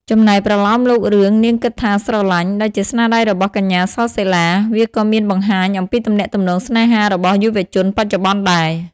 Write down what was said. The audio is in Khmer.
ចំណែកប្រលោមលោករឿង នាងគិតថាស្រឡាញ់ ដែលជាស្នាដៃរបស់កញ្ញា ស សិលា វាក៏មានបង្ហាញអំពីទំនាក់ទំនងស្នេហារបស់យុវជនបច្ចុប្បន្នដែរ។